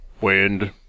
wind